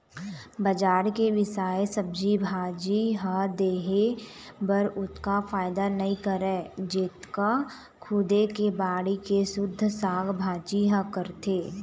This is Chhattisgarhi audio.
बजार के बिसाए सब्जी भाजी ह देहे बर ओतका फायदा नइ करय जतका खुदे के बाड़ी के सुद्ध साग भाजी ह करथे